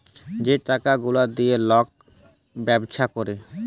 যে টাকা গুলা দিঁয়ে লক ব্যবছা ক্যরে